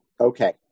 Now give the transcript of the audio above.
Okay